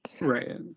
Right